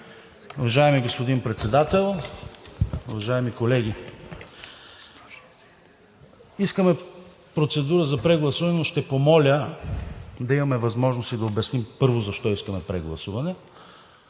Уважаеми господин Председател, уважаеми колеги! Искаме процедура за прегласуване, но ще помоля да имаме възможност и да обясним първо защо искаме прегласуване,